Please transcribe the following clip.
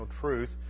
truth